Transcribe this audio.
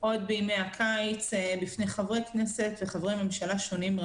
עוד בימי הקיץ בפני חברי כנסת וחברי ממשלה שונים,